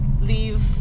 leave